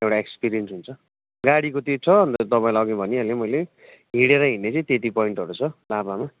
एउटा एक्सपिरियन्स हुन्छ गाडीको त्यो छ अरे त तपाईँलाई भनिहालेँ मैले हिँडेर हिँडेर त्यति पोइन्टहरू छ लाभामा